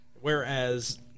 whereas